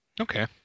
Okay